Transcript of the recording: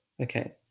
Okay